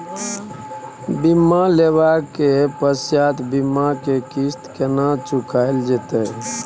बीमा लेबा के पश्चात बीमा के किस्त केना चुकायल जेतै?